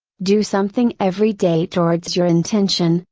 do something every day towards your intention,